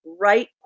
right